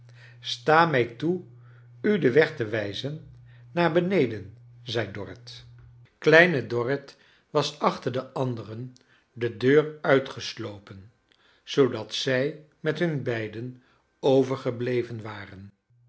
sta mij toe u den weg te wijzen naar beneden zei dorrit kleine dorrit was achter de andcren de deur uitgeslopen zoodat zij met hun beiden overgebleven waren